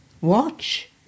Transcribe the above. Watch